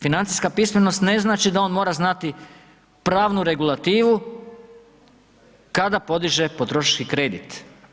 Financijska pismenost ne znači da on mora znati pravnu regulativu kada podiže potrošački kredit.